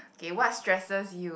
K what stresses you